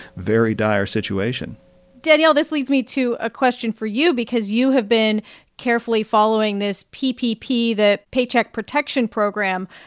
very dire situation danielle, this leads me to a question for you because you have been carefully following this ppp, the paycheck protection program,